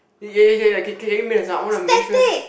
ya ya ya ya can can you make the sound I want to make sure